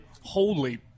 holy